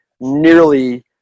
nearly